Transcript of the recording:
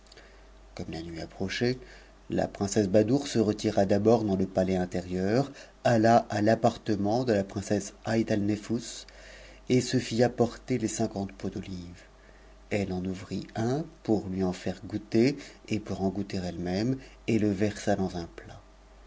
comme la nuit approchait la princesse badoure se retira d'abord d le palais intérieur alla à l'appartement de la princesse haïatalnefbus m se fit apporter les cinquante pots d'olives elle en ouvrit un pour lui faire goûter et pour en goûter elle-même et le versa dans un p